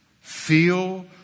feel